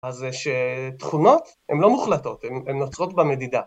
אז יש תכונות, הן לא מוחלטות, הן נוצרות במדידה.